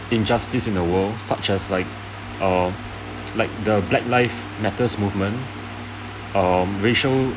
injustice in the world such as like err like the black lives matter movement um racial